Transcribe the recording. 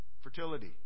fertility